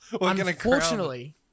unfortunately